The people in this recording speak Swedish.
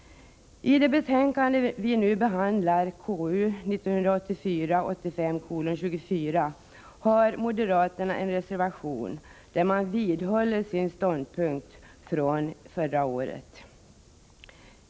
I det betänkande vi nu behandlar, KU 1984/85:24, har moderaterna en reservation där man vidhåller sin ståndpunkt från förra året.